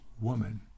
woman